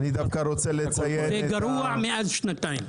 זה גרוע מעל שנתיים.